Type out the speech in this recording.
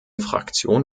fraktion